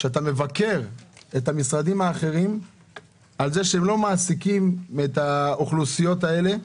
אתה מבקר את המשרדים האחרים על זה שהם לא מעסיקים את האוכלוסיות האלו.